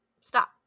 stop